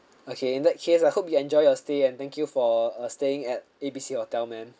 okay in that case I hope you enjoy your stay and thank you for uh staying at A B C hotel ma'am